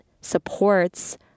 supports